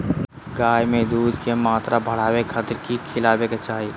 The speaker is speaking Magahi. गाय में दूध के मात्रा बढ़ावे खातिर कि खिलावे के चाही?